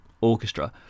Orchestra